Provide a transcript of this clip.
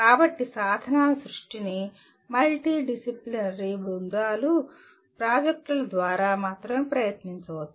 కాబట్టి సాధనాల సృష్టిని మల్టీడిసిప్లినరీ బృందాలు ప్రాజెక్టుల ద్వారా మాత్రమే ప్రయత్నించవచ్చు